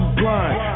blind